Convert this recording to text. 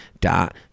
dot